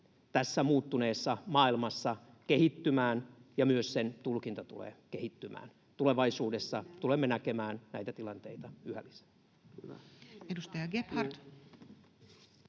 tässä muuttuneessa maailmassa kehittymään ja myös sen tulkinta tulee kehittymään. Tulevaisuudessa tulemme näkemään näitä tilanteita yhä lisää.